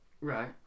Right